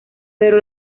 pero